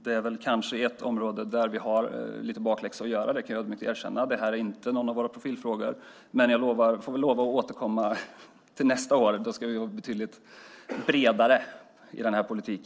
Detta är kanske ett område där vi har lite bakläxa att göra; det kan jag ödmjukt erkänna. Detta är inte någon av våra profilfrågor, men jag får väl lova att återkomma till nästa år. Då ska vi vara betydligt bredare i denna politik.